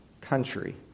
country